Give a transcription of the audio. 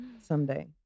someday